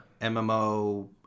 mmo